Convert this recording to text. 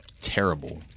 terrible